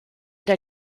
der